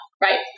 Right